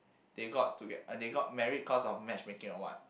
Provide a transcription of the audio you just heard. they got to get they got married cause of matchmaking or what